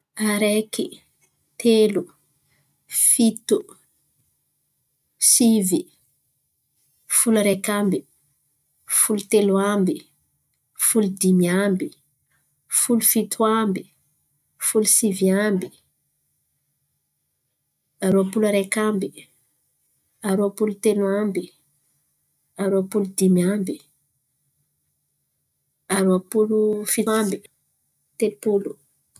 Araiky, telo, fito, sivy, folo araiky amby, folo telo amby, folo dimy amby, folo fiot amby, folo sivy amby, aroepolo araiky amby, aroepolo telo amby, aroepolo dimy amby, aroepolo fito amby, aroepolo sivy amby, telopolo.